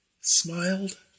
smiled